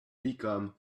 become